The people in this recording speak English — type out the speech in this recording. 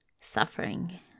Suffering